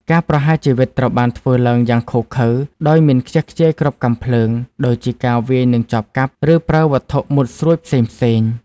ការប្រហារជីវិតត្រូវបានធ្វើឡើងយ៉ាងឃោរឃៅ ដោយមិនខ្ជះខ្ជាយគ្រាប់កាំភ្លើង ដូចជាការវាយនឹងចបកាប់ ឬប្រើវត្ថុមុតស្រួចផ្សេងៗ។